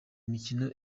mikino